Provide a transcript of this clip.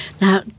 Now